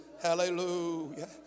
Hallelujah